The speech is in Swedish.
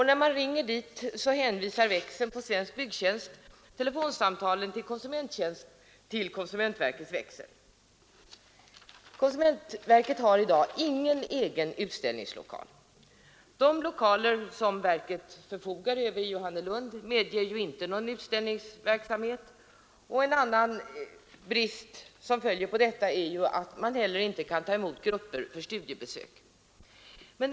När man nu ringer dit hänvisar växeln på Svensk byggtjänst alla samtal till konsumenttjänst till konsumentverkets växel. Konsumentverket har i dag ingen egen utställningslokal. De lokaler som verket förfogar över i Johannelund medger inte någon utställningsverksamhet. En annan brist, som följer härav, är att man inte heller kan ta emot studiegrupper.